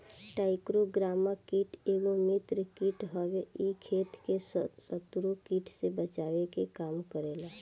trichogramma कीट एगो मित्र कीट हवे इ खेत के शत्रु कीट से बचावे के काम करेला